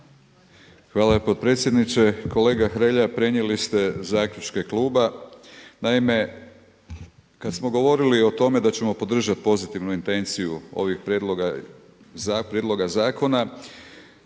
Hvala potpredsjedniče. Kolega Hrelja prenijeli ste zaključke kluba. Naime kad smo govorili o tome da ćemo podržati pozitivnu intenciju ovih prijedloga zakona